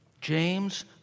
James